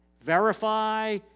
verify